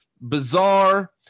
bizarre